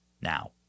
now